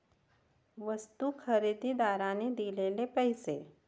वस्तू खरेदीदाराने दिलेले पैसे